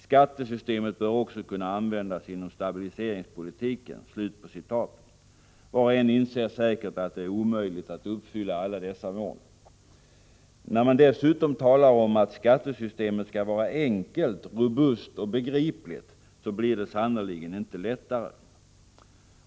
Skattesystemet bör också kunna användas inom stabiliseringspolitiken.” Var och en inser säkert att det är omöjligt att uppfylla alla dessa mål. När man dessutom talar om att skattesystemet skall vara enkelt, robust och begripligt, blir det sannerligen inte lättare.